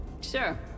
Sure